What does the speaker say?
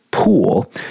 pool